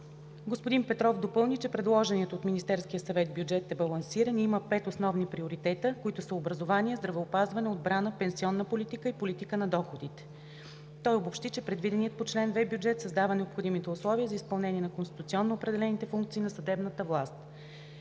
Господин Петров допълни, че предложеният от Министерския съвет бюджет е балансиран и има пет основни приоритета, които са образование, здравеопазване, отбрана, пенсионна политика и политика на доходите. Той обобщи, че предвиденият по чл. 2 бюджет създава необходимите условия за изпълнението на конституционно определените функции на съдебната власт.